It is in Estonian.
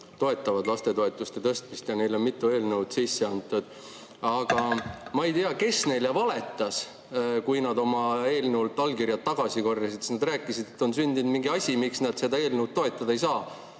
toetavad lastetoetuste tõstmist, ja neil on mitu eelnõu sisse antud. Aga ma ei tea, kes neile valetas, kui nad eelnõult allkirjad tagasi korjasid, sest nad rääkisid, et on sündinud mingi asi, miks nad seda eelnõu toetada ei saa.